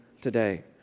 today